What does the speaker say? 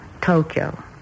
Tokyo